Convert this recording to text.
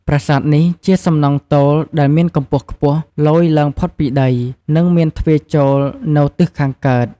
ប្រាសាទនេះជាសំណង់ទោលដែលមានកម្ពស់ខ្ពស់លយឡើងផុតពីដី និងមានទ្វារចូលនៅទិសខាងកើត។